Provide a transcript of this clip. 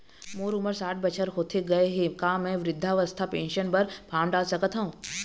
मोर उमर साठ बछर होथे गए हे का म वृद्धावस्था पेंशन पर फार्म डाल सकत हंव?